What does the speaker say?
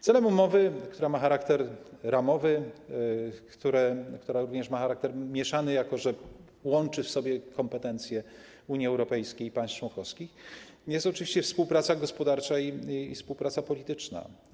Celem umowy, która ma charakter ramowy, która również ma charakter mieszany, jako że łączy w sobie kompetencje Unii Europejskiej i państw członkowskich, jest oczywiście współpraca gospodarcza i współpraca polityczna.